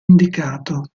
indicato